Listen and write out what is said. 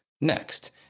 next